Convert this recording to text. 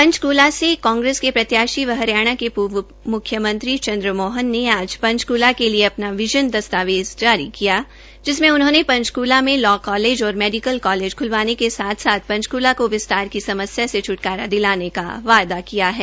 पंचकूला से कांग्रेस के प्रत्याशी व हरियाणा के पूर्व उप मुख्यमंत्री चंद्रमोहन ने आज पंचकूला के लिए अपना विजन दस्तावेज जारी किया जिसमें उन्होंने पंचकला में लॉ कोलज और मेडिकल कॉलेज खुलवाने के साथ साथ पंचकूला को विस्तार की समस्या से छटेंकारा दिलाने का वायदा किया है